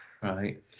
Right